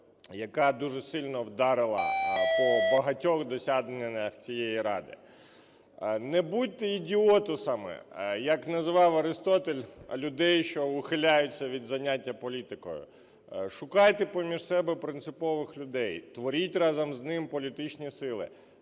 яка дуже сильно вдарила по багатьох досягненнях цієї Ради. Не будьте "ідіотусами", як називав Арістотель людей, що ухиляються від заняття політикою. Шукайте поміж себе принципових людей, творіть разом з ними політичні сили.